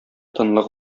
тынлык